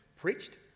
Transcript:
preached